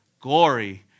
glory